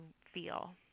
feel